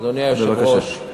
אדוני היושב-ראש,